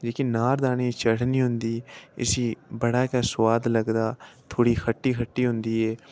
जेह्की नारदाने दी चटनी होंदी इसी बड़ा गै सोआद लगदा थोह्ड़ी खट्टी खट्टी होंदी ऐ